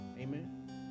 amen